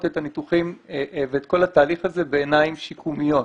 את הניתוחים ואת כל התהליך הזה בעיניים שיקומיות.